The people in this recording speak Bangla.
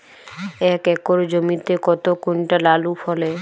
এক একর জমিতে কত কুইন্টাল আলু ফলে?